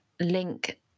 link